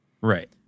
Right